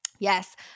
Yes